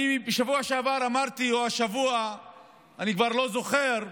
בשבוע שעבר או השבוע אמרתי: אני כבר לא זוכר,